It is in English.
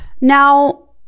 Now